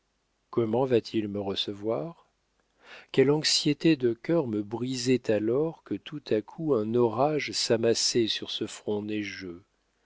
comment va-t-il me recevoir quelle anxiété de cœur me brisait alors que tout à coup un orage s'amassait sur ce front neigeux